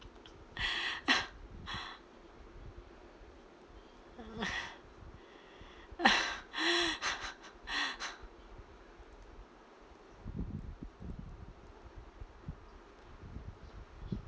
mm